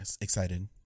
Excited